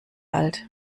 alt